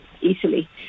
easily